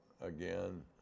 again